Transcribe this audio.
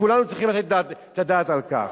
וכולנו צריכים לתת את הדעת על כך.